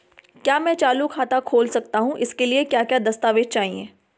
क्या मैं चालू खाता खोल सकता हूँ इसके लिए क्या क्या दस्तावेज़ चाहिए?